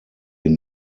den